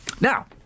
Now